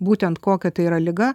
būtent kokia tai yra liga